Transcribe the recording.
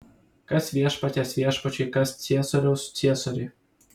kas viešpaties viešpačiui kas ciesoriaus ciesoriui